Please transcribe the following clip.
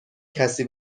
کسی